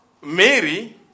Mary